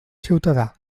ciutadà